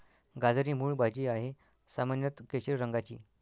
गाजर ही मूळ भाजी आहे, सामान्यत केशरी रंगाची